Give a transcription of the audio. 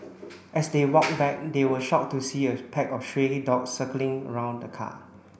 as they walked back they were shocked to see a pack of stray dogs circling around the car